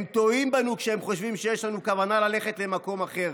הם טועים בנו כשהם חושבים שיש לנו כוונה ללכת למקום אחר.